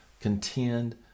contend